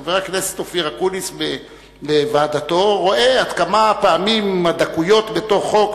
חבר הכנסת אופיר אקוניס בוועדתו רואה עד כמה לפעמים הדקויות בתוך חוק,